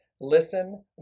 Listen